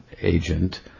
agent